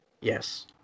Yes